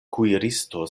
kuiristo